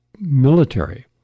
military